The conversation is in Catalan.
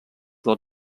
del